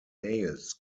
nails